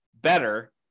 better